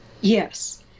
Yes